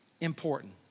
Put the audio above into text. important